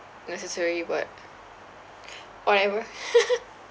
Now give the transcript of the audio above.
necessary but whatever